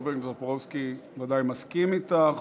חבר כנסת טופורובסקי ודאי מסכים אתך,